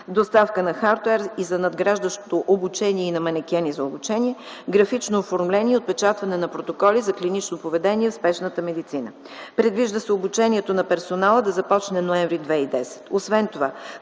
доставка на хардуер за надграждащо обучение и на манекени за обучение, графично оформление и отпечатване на протоколи за клинично поведение в спешната медицина. Предвижда се обучението на персонала да започне през м. ноември 2010